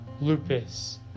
Lupus